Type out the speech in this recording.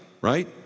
right